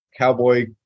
Cowboy